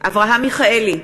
אברהם מיכאלי,